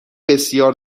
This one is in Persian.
بسیار